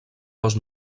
dos